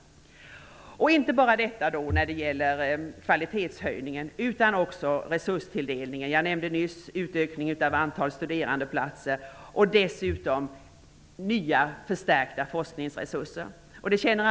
Det har inte bara skett en kvalitetshöjning utan också en ökad resurstilldelning. Jag nämnde nyss utökningen av antalet studerandeplatser, och dessutom har forskningsresurserna förstärkts.